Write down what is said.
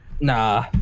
nah